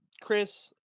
Chris